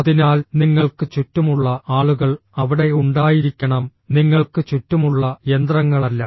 അതിനാൽ നിങ്ങൾക്ക് ചുറ്റുമുള്ള ആളുകൾ അവിടെ ഉണ്ടായിരിക്കണം നിങ്ങൾക്ക് ചുറ്റുമുള്ള യന്ത്രങ്ങളല്ല